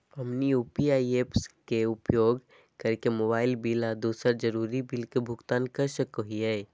हमनी UPI apps के उपयोग करके मोबाइल बिल आ दूसर जरुरी बिल के भुगतान कर सको हीयई